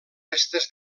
restes